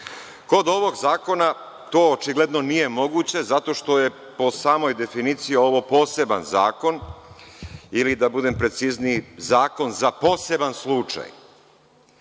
ovog zakona to očigledno nije moguće zato što je po samoj definiciji ovo poseban zakon ili, da budem precizniji, zakon za poseban slučaj.